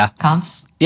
comps